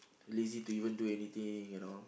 lazy to even do anything you know